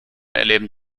erleben